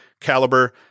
caliber